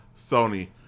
Sony